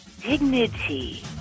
dignity